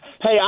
Hey